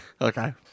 Okay